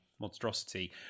monstrosity